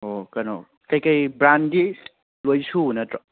ꯑꯣ ꯀꯩꯅꯣ ꯀꯩꯀꯩ ꯕ꯭ꯔꯥꯟꯗꯤ ꯂꯣꯏ ꯁꯨꯕ ꯅꯠꯇ꯭ꯔꯣ